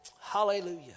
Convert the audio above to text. Hallelujah